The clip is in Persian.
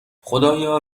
خدایا